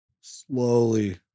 slowly